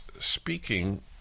speaking